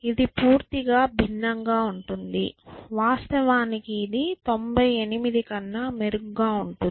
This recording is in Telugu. ఇది పూర్తిగా భిన్నంగా ఉంటుంది వాస్తవానికి ఇది 98 కన్నా మెరుగ్గా ఉంటుంది